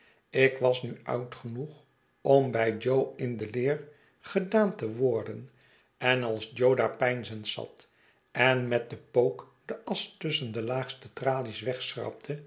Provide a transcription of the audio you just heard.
ik was nu oud genoeg om bij jo in de leer gedaan te worden en als jo daar peinzend zat en met den pook de asch tusschen de laagste tralies